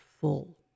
full